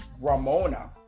Ramona